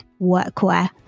workwear